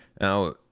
now